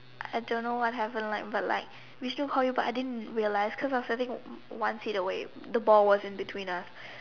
I don't know what happened like but like Vishnu called you but I didn't release because I was sitting one seat away the ball was in between us